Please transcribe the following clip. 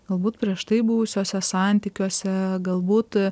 galbūt prieš tai buvusiuose santykiuose galbūt